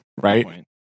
right